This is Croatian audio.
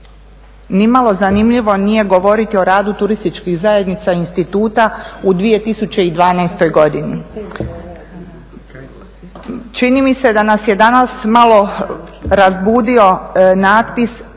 nimalo zanimljivo nije govoriti o radu turističkih zajednica instituta u 2012. godini. Čini mi se da nas je danas malo razbudio natpis